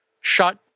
shut